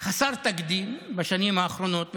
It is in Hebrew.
חסר תקדים בשנים האחרונות,